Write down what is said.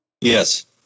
Yes